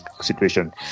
situation